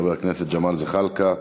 חבר הכנסת ג'מאל זחאלקה,